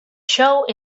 show